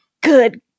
Good